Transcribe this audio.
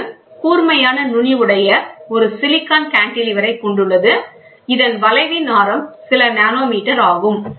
இது கூர்மையான நுனி உடைய ஒரு சிலிகான் கான்டிலீவரை கொண்டுள்ளது இதன் வளைவின் ஆரம் சில நேனோ மீட்டர் ஆகும்